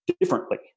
differently